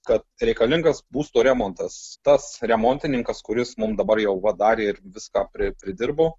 kad reikalingas būsto remontas tas remontininkas kuris mum dabar jau va darė ir viską pri pridirbo